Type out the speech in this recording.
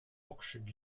okrzyk